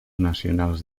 nacionals